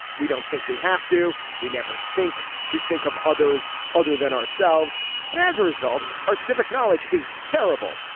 we don't think we have to. we never think to think of others other than ourselves and as a result our civic knowledge is terrible.